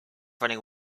running